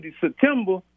September